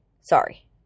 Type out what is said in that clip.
sorry